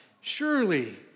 Surely